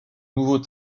nouveau